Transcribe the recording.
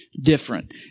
different